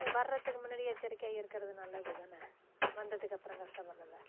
வர்றதுக்கு முன்னாடியே எச்சரிக்கையாக இருக்கிறது நல்லது தான வந்ததுக்கப்புறம் கஷ்டப்படுறதா